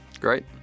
Great